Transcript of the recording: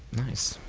nice.